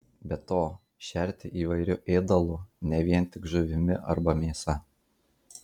be to šerti įvairiu ėdalu ne vien tik žuvimi arba mėsa